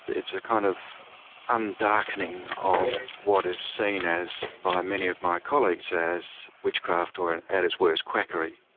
it's a kind of undarkening of what is seen as by many of my colleagues as witchcraft or and at its worse, quackery.